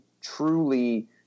truly